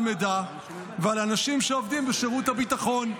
מידע ועל אנשים שעובדים בשירות הביטחון,